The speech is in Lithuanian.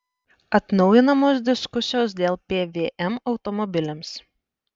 atnaujinamos diskusijos dėl pvm automobiliams